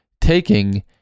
taking